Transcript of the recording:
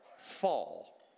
fall